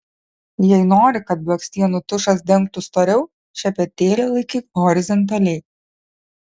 jei nori kad blakstienų tušas dengtų storiau šepetėlį laikyk horizontaliai